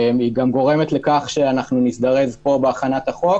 היא גם גורמת לכך שאנחנו נזדרז בהכנת החוק